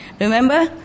Remember